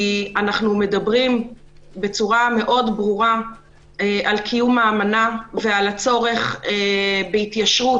אנחנו מדברים בצורה מאוד ברורה על קיום האמנה ועל הצורך בהתיישרות